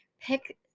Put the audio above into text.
pick